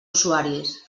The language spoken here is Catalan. usuaris